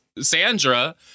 Sandra